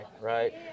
right